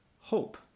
hope